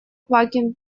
квакин